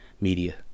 media